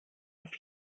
auf